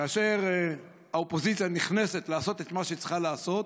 כאשר האופוזיציה נכנסת לעשות את מה שהיא צריכה לעשות,